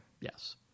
Yes